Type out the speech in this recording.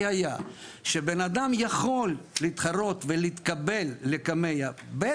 היה שבן אדם יכול להתחרות ולהתקבל לקמ"ע ב'